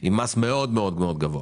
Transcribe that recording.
עם מס מאוד מאוד גבוה